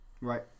Right